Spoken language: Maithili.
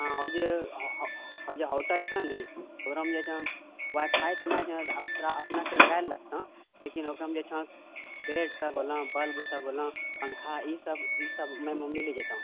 हँ ओऽ जे हो ओऽ जे होटल छौ ने ई ओकरामे जे छौ वाई फाई तऽ नहि छौ तोरा अपना कऽ लगाएल लगतौ लेकिन ओकरामे जे छौ बेड सब भेलह बल्ब सब भेलह पङ्खा ई सब ई सब मिलि जेतो